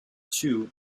two